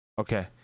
Okay